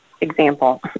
example